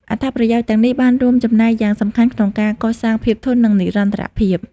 អត្ថប្រយោជន៍ទាំងនេះបានរួមចំណែកយ៉ាងសំខាន់ក្នុងការកសាងភាពធន់ និងនិរន្តរភាព។